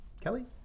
Kelly